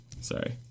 Sorry